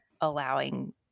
allowing